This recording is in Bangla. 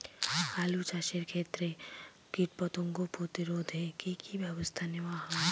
আলু চাষের ক্ষত্রে কীটপতঙ্গ প্রতিরোধে কি কী ব্যবস্থা নেওয়া হয়?